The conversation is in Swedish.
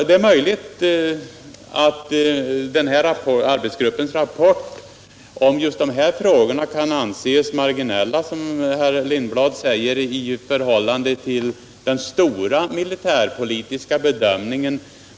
Det är möjligt att arbetsgruppens rapport om just de här frågorna kan anses marginell, som herr Lindblad säger, i förhållande till den stora militärpolitiska bedömningen.